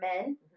men